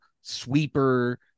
sweeper